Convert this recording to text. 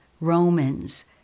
Romans